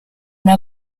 una